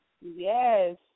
Yes